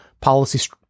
policy